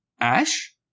Ash